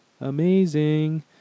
amazing